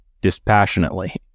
dispassionately